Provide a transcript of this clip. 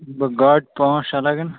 مطلب گٲڑۍ پانٛژھ شےٚ لَگَن